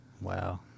Wow